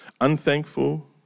unthankful